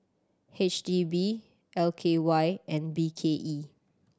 H D B L K Y and B K E